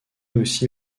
aussi